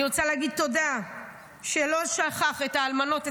אני רוצה להגיד תודה שלא שכח את האלמנות,